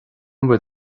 bhfuil